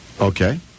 okay